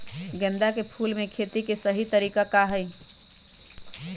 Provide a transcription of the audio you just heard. गेंदा के फूल के खेती के सही तरीका का हाई?